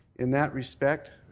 in that respect,